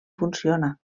funciona